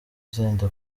zenda